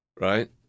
right